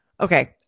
Okay